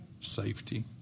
Safety